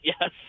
Yes